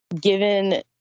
Given